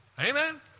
Amen